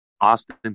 Austin